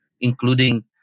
including